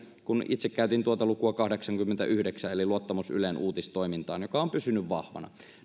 kun itse käytin tuota lukua kahdeksankymmentäyhdeksän eli luottamus ylen uutistoimintaan on pysynyt vahvana